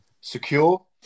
secure